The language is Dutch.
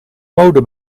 mode